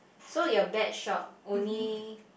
so your bet shop only